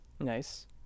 Nice